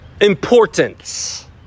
importance